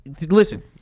listen